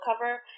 cover